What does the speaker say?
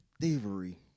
thievery